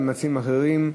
ולמציעים אחרים,